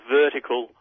vertical